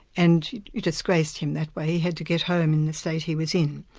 and disgraced him that way. he had to get home in the state he was in.